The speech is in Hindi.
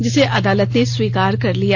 जिसे अदालत ने स्वीकार कर लिया